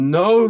no